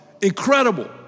Incredible